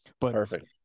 Perfect